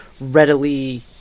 readily